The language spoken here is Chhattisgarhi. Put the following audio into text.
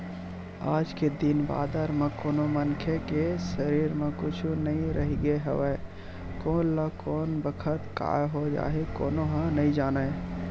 आज के दिन बादर म कोनो मनखे के सरीर म कुछु नइ रहिगे हवय कोन ल कोन बखत काय हो जाही कोनो ह नइ जानय